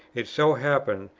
it so happened,